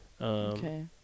okay